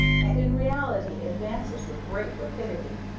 and in reality advances with great rapidity,